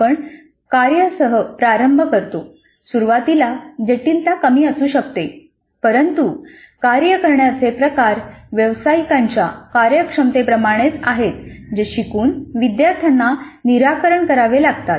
आपण कार्य सह प्रारंभ करतो सुरुवातीला जटिलता कमी असू शकते परंतु कार्य करण्याचे प्रकार व्यावसायिकांच्या कार्यक्षमतेप्रमाणेच आहेत जे शिकून विद्यार्थ्यांना निराकरण करावे लागतात